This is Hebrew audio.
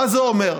מה זה אומר?